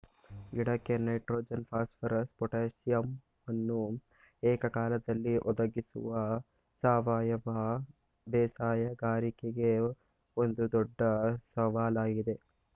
ಗಿಡಕ್ಕೆ nitrogen phosphorus ಪೊಟಾಸಿಯಮನ್ನು ಏಕಕಾಲದಲ್ಲಿ ಒದಗಿಸುವುದು ಸಾವಯವ ಬೇಸಾಯಗಾರರಿಗೆ ಒಂದು ದೊಡ್ಡ ಸವಾಲಾಗಿದೆ